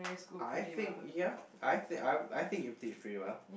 I think ya I think I I think you did pretty well